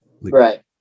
right